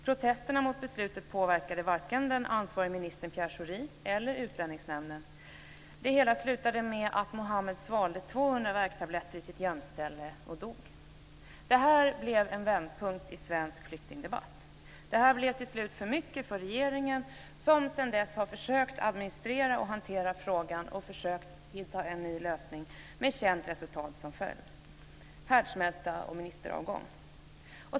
Protesterna mot beslutet påverkade varken den ansvarige ministern Pierre Scori eller Utlänningsnämnden. Det hela slutade med att Mohammed svalde 200 värktabletter i sitt gömställe och dog. Det här blev en vändpunkt i svensk flyktingdebatt. Situationen blev till slut för mycket för regeringen, som sedan dess har försökt att administrera och hantera frågan och att hitta en ny lösning, med känt resultat som följd: härdsmälta och ministeravgång.